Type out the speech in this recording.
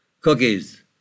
cookies